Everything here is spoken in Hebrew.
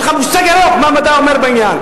אין לך מושג ירוק מה המדע אומר בעניין.